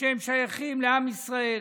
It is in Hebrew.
שהם שייכים לעם ישראל.